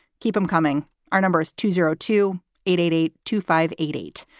keep them coming. our number is two zero two eight eight eight two five eight eight.